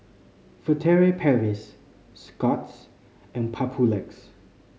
Furtere Paris Scott's and Papulex